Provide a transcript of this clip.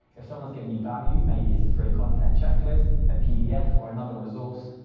if someone's giving you value, maybe it's a free content checklist, a pdf or another resource.